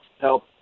help